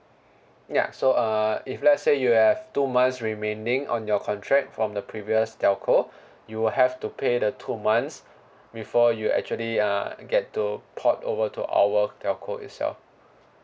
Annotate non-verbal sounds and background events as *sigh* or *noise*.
ya so uh if let's say you have two months remaining on your contract from the previous telco *breath* you will have to pay the two months before you actually uh get to port over to our telco itself